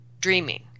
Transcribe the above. dreaming